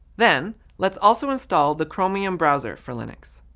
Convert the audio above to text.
then let's also install the chromium browser for linux.